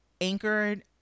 anchored